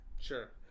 Sure